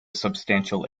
substantial